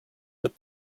but